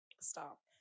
Stop